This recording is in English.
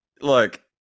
look